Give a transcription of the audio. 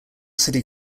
city